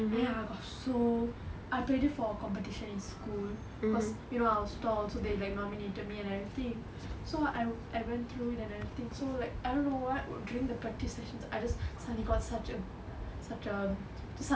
then I got so I played it for a competition in school because you know I was tall so they like nominated me and everything so I I went through it and everything so like I don't know what what during the practice sessions I just suddenly got such a such a